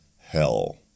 hell